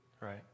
Right